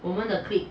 我们的 clique